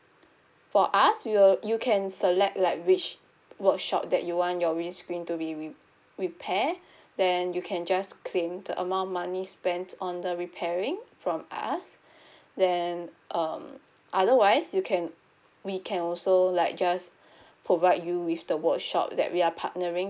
for us we will you can select like which workshop that you want your windscreen to be re~ repair then you can just claim the amount of money spent on the repairing from us then um otherwise you can we can also like just provide you with the workshop that we are partnering